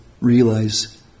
realize